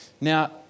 Now